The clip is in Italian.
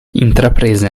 intraprese